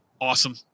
Awesome